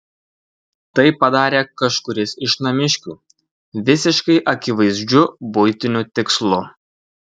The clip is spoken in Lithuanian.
tai padarė kažkuris iš namiškių visiškai akivaizdžiu buitiniu tikslu